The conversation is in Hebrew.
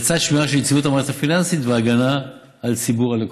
לצד שמירה של יציבות המערכת הפיננסית והגנה על ציבור הלקוחות.